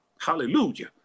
hallelujah